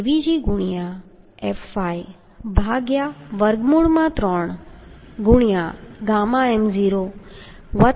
Tdb2 એ Avgfy3 ɣm00